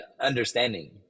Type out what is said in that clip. understanding